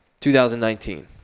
2019